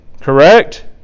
correct